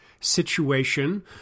situation